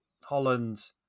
holland